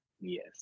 Yes